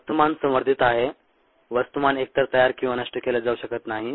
वस्तुमान संवर्धित आहे वस्तुमान एकतर तयार किंवा नष्ट केले जाऊ शकत नाही